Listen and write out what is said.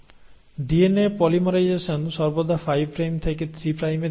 DNA polymerisation সর্বদা 5 prime থেকে 3 প্রাইমের দিকে ঘটে